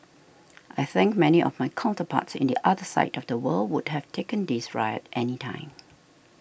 I think many of my counterparts in the other side of the world would have taken this riot any time